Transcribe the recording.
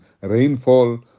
rainfall